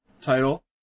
title